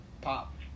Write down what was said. Pop